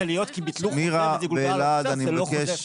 מירה, אלעד, אני מבקש.